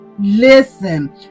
Listen